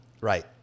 Right